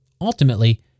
Ultimately